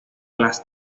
las